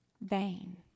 vain